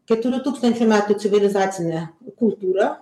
keturių tūkstančių metų civilizacinę kultūrą